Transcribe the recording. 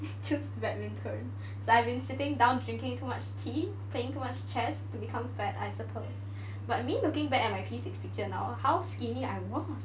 choose badminton so I have been sitting down drinking too much tea playing too much chess to become fat I suppose but me looking back at my P six picture now how skinny I was